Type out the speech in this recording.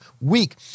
week